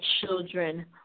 children